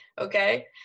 okay